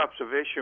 observation